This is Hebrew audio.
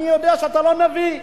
אני יודע שאתה לא נביא,